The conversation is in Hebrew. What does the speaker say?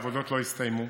והעבודות לא הסתיימו.